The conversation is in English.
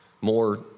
more